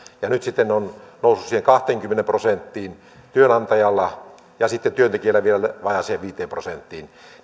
ja nyt se sitten on noussut siihen kahteenkymmeneen prosenttiin työnantajalla ja työntekijällä vielä vajaaseen viiteen prosenttiin